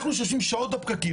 אנחנו שיושבים שעות בפקקים,